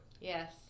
Yes